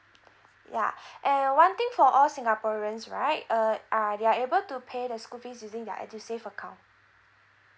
yeah and one thing for all singaporeans right uh are they are able to pay the school fees using their edusave account